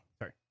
sorry